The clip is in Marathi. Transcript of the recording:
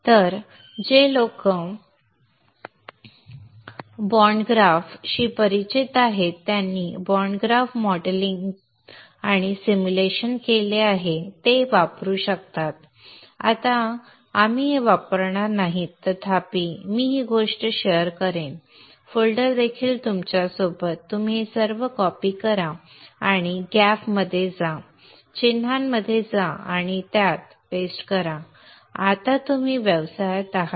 तर जे लोक बाँड ग्राफशी परिचित आहेत आणि त्यांनी बाँड ग्राफ मॉडेलिंग आणि सिम्युलेशन केले आहे ते ते वापरू शकतात परंतु आत्ता आपण ते वापरणार नाही परंतु तथापि मी ही गोष्ट शेअर करेन फोल्डर देखील तुमच्यासोबत तुम्ही हे सर्व कॉपी करा कॉपी करा आणि गॅफमध्ये जा चिन्हांमध्ये जा आणि त्यांना पेस्ट करा आणि आता आपण व्यवसायात आहोत